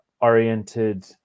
oriented